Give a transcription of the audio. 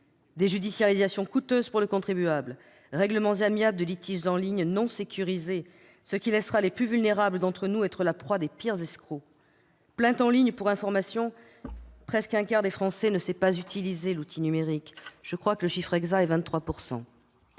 : déjudiciarisations coûteuses pour le contribuable ; règlements amiables de litiges en ligne non sécurisés, ce qui laissera les plus vulnérables de nos concitoyens être la proie des pires escrocs ; plaintes en ligne, alors que, pour information, presque le quart des Français ne sait pas utiliser l'outil numérique- je crois que le chiffre exact est 23